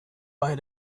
bei